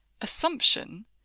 assumption